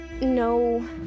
no